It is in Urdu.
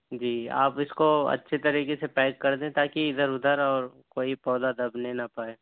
جی آپ اس کو اچھی طریقے سے پیک کر دیں تاکہ ادھر ادھر اور کوئی پودا دبنے نہ پائے